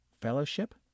fellowship